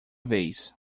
vez